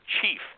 chief